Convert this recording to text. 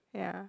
ya